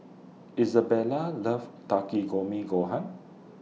Isabela loves Takikomi Gohan